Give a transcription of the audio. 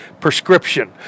prescription